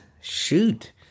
Shoot